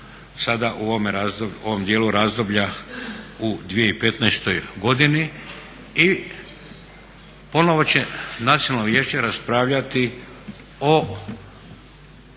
razdoblju, ovom djelu razdoblja u 2015. godini i ponovno će Nacionalno vijeće raspravljati o